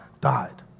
died